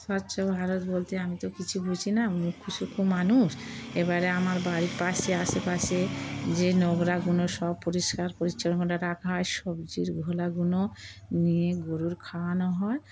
স্বচ্ছ ভারত বলতে আমি তো কিছু বুঝি না মুখ্যু সুখ্যু মানুষ এবারে আমার বাড়ির পাশে আশেপাশে যে নোংরাগুলো সব পরিষ্কার পরিচ্ছন্ন করে রাখা হয় সবজির খোলাগুলো নিয়ে গরুর খাওয়ানো হয়